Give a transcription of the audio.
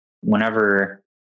whenever